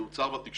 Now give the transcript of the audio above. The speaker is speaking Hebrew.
זה הוצג בתקשורת,